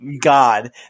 God